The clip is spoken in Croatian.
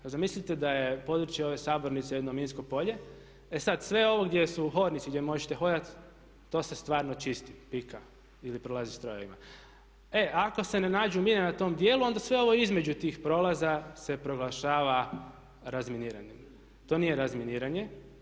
Pa zamislite da je područje ove sabornice jedno minsko polje, e sad sve ovo gdje su hodnici i gdje možete hodati, to se stvarni čista, pika ili prolazi strojevima, e ako se ne nađu mine na tom djelu, onda sve ovo između tih prolaza se proglašava razminiranim, to nije razminiranje.